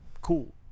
Cool